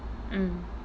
mm